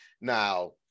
Now